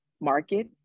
market